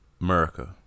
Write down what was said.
America